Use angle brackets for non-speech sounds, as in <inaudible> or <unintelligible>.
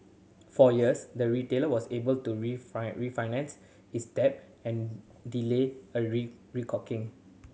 for years the retailer was able to <unintelligible> refinance its debt and delay a <unintelligible> reckoning